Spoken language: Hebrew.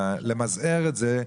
למזער את זה,